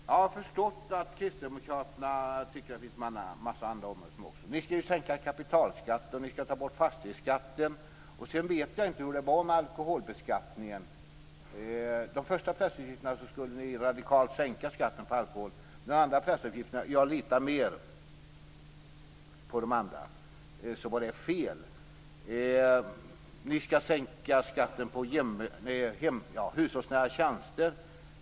Fru talman! Jag har förstått att kristdemokraterna tycker att det finns en massa andra områden som också är viktiga. Ni skall ju sänka kapitalskatten och ta bort fastighetsskatten. Sedan vet jag inte hur det var med alkoholbeskattningen. Enligt de första pressuppgifterna skulle ni radikalt sänka skatten på alkohol. Men enligt de andra pressuppgifterna, som jag litar mer på, var detta fel. Ni skall sänka skatten på hushållsnära tjänster.